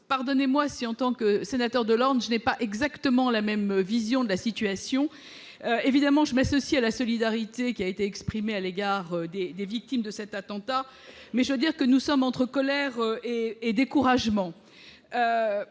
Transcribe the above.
Pardonnez-moi si, en tant que sénateur de l'Orne, je n'ai pas exactement la même vision de la situation. Évidemment, je m'associe à la solidarité exprimée à l'égard des victimes de cet attentat, mais j'oscille entre colère et découragement.